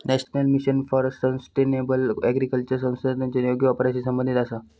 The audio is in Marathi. national mission for sustainable agriculture संसाधनांच्या योग्य वापराशी संबंधित आसा